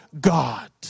God